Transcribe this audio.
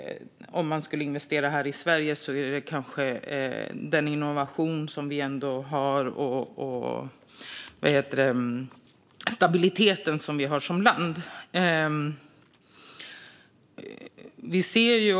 Om man skulle investera här i Sverige beror det kanske på den innovation vi ändå har och stabiliteten vi har som land.